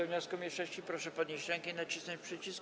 wniosku mniejszości, proszę podnieść rękę i nacisnąć przycisk.